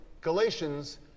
Galatians